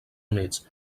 units